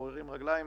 גוררים רגליים,